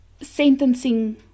sentencing